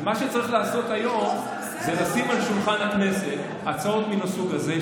אז מה שצריך לעשות היום הוא לשים על שולחן הכנסת הצעות מן הסוג הזה,